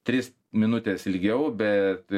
tris minutes ilgiau bet